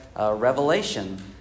revelation